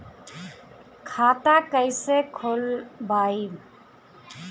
खाता कईसे खोलबाइ?